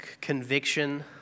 conviction